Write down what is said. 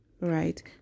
right